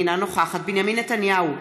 אינה נוכחת בנימין נתניהו,